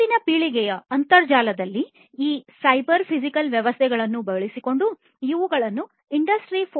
ಮುಂದಿನ ಪೀಳಿಗೆಯ ಅಂತರ್ಜಾಲದಲ್ಲಿ ಈ ಸೈಬರ್ ಫಿಸಿಕಲ್ ವ್ಯವಸ್ಥೆಗಳನ್ನು ಬಳಸಿಕೊಂಡು ಇವುಗಳನ್ನು ಇಂಡಸ್ಟ್ರಿ 4